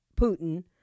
Putin